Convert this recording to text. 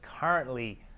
currently